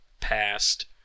past